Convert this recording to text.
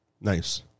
Nice